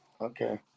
Okay